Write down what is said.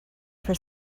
for